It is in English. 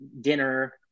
dinner